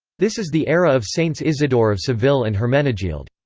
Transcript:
this is the era of saints isidore of seville and hermenegild.